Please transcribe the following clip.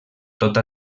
tota